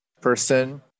person